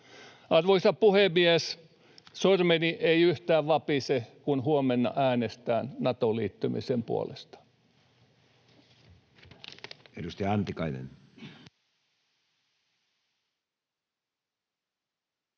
Arvoisa puhemies! Sormeni ei yhtään vapise, kun huomenna äänestän Natoon liittymisen puolesta.